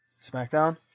SmackDown